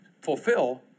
fulfill